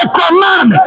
command